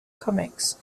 comics